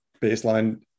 baseline